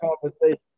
conversation